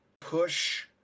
push